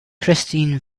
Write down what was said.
christine